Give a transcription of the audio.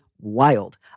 wild